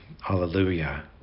Hallelujah